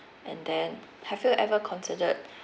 and then have you ever considered